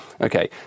Okay